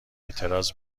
اعتراض